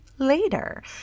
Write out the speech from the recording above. later